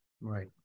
right